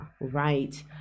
right